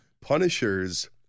Punishers